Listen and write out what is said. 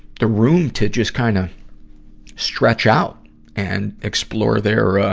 the room to just kind of stretch out and explore their, ah,